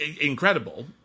incredible